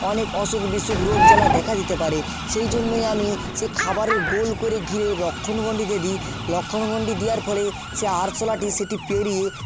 অনেক অসুখ বিসু্খ রোগ জ্বালা দেখা দিতে পারে সেই জন্যই আমি সেই খাবারের গোল করে ঘিরে লক্ষ্মণ গণ্ডি দিয়ে দিই লক্ষ্মণ গণ্ডি দেওয়ার ফলে সে আরশোলাটি সেটি পেরিয়ে